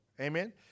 Amen